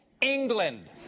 England